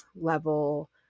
level